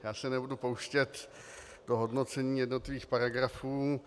Já se nebudu pouštět do hodnocení jednotlivých paragrafů.